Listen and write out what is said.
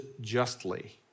justly